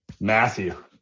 Matthew